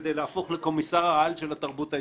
כדי להפוך לקומיסר העל של התרבות הישראלית".